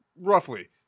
roughly